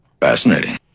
Fascinating